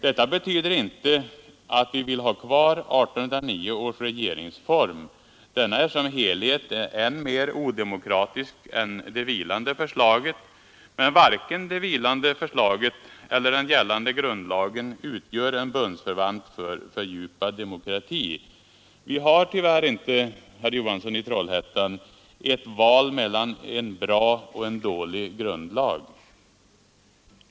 Detta betyder inte att vi vill ha kvar 1809 års regeringsform. Denna är som helhet än mer odemokratisk än det vilande förslaget. Men varken det vilande förslaget eller den gällande grundlagen utgör en bundsförvant för fördjupad demokrati. Vi har tyvärr inte, herr Johansson i Trollhättan, ett val mellan en bra och en dålig grundlag.